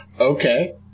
Okay